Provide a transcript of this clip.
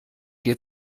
dir